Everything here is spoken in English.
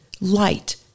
light